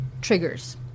triggers